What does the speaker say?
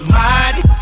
mighty